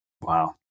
Wow